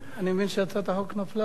אני מבין שהצעת החוק שלך נפלה.